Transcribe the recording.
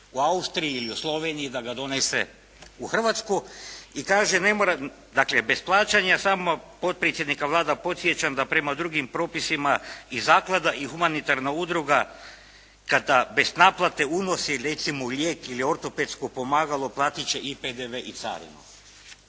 u Austriji ili u Sloveniji i da ga donese u Hrvatsku i kaže, dakle, bez plaćanja samo, potpredsjednika Vlade podsjećam da prema drugim propisima i zaklada i humanitarna udruga kada bez naplate unosi recimo lijek ili ortopedsko pomagalo platiti će i PDV i carinu.